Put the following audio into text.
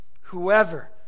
whoever